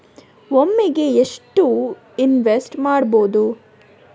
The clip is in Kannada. ಒಮ್ಮೆಗೆ ಎಷ್ಟು ಇನ್ವೆಸ್ಟ್ ಮಾಡ್ಬೊದು?